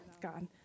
God